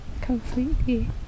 Completely